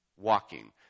Walking